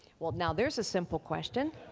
well now there's a simple question.